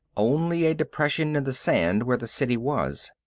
only a depression in the sand where the city was.